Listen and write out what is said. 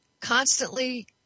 constantly